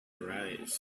arise